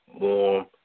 warm